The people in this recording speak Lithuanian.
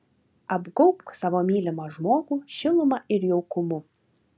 apgaubk savo mylimą žmogų šiluma ir jaukumu